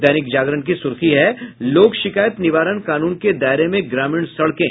दैनिक जागरण की सुर्खी है लोक शिकायत निवारण कानून के दायरे में ग्रामीण सड़कें